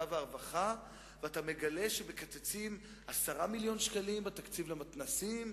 והרווחה ואתה מגלה שמקצצים 10 מיליוני שקלים בתקציב למתנ"סים